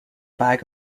bag